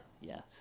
Yes